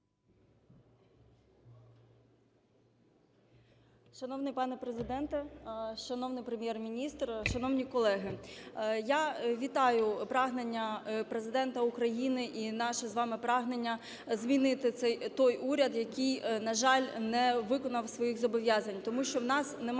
Шановний пане Президенте, шановний Прем'єр-міністр, шановні колеги, я вітаю прагнення Президента України і наше з вами прагнення змінити той уряд, який, на жаль, не виконав своїх зобов'язань, тому що у нас немає